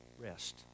Rest